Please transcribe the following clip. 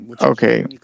okay